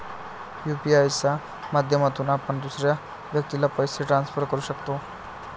UPI च्या माध्यमातून आपण दुसऱ्या व्यक्तीला पैसे ट्रान्सफर करू शकतो